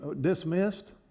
Dismissed